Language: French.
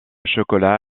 chocolat